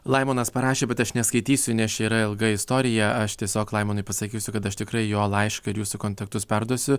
laimonas parašė bet aš neskaitysiu nes yra ilga istorija aš tiesiog laimonui pasakysiu kad aš tikrai jo laišką ir jūsų kontaktus perduosiu